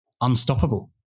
Unstoppable